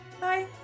Bye